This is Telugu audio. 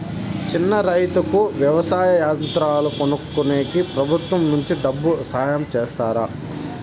చిన్న రైతుకు వ్యవసాయ యంత్రాలు కొనుక్కునేకి ప్రభుత్వం నుంచి డబ్బు సహాయం చేస్తారా?